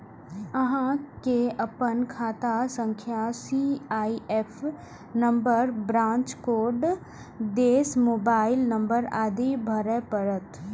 अहां कें अपन खाता संख्या, सी.आई.एफ नंबर, ब्रांच कोड, देश, मोबाइल नंबर आदि भरय पड़त